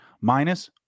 minus